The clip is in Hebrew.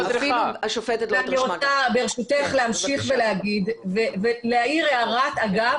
אני רוצה להמשיך ולהעיר הערת אגב,